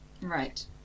right